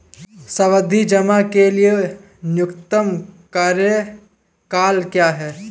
सावधि जमा के लिए न्यूनतम कार्यकाल क्या है?